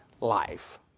life